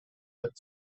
but